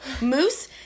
Moose